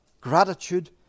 gratitude